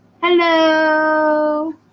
hello